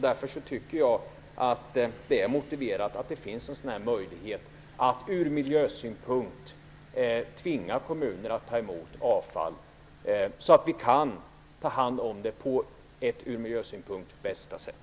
Därför tycker jag att det är motiverat att det finns en möjlighet att ur miljösynpunkt tvinga kommuner att ta emot avfall, så att vi kan ta hand om det på ur miljösynpunkt bästa sätt.